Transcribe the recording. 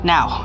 Now